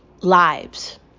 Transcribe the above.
lives